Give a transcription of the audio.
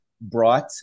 brought